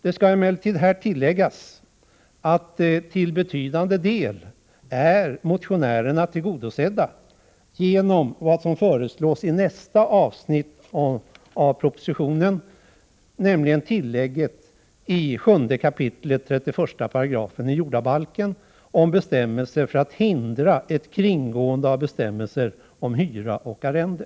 Det skall emellertid här tilläggas att till betydande del är motionärernas krav tillgodosedda genom vad som föreslås i nästa avsnitt i propositionen — nämligen när det gäller tillägget i 7 kap. 31 §i jordabalken. Det handlar om att hindra ett kringgående av bestämmelserna om hyra och arrende.